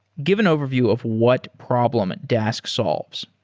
give an overview of what problem dask solves.